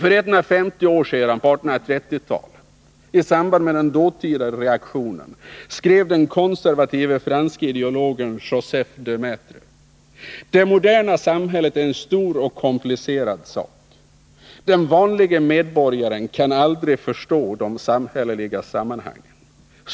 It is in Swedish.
Redan på 1830-talet, för 150 år sedan, skrev den konservative franske ideologen Joseph de Maistre: ”Det moderna samhället är en stor och komplicerad sak. Den vanlige medborgaren kan aldrig förstå de samhälleliga sammanhangen.